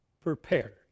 prepared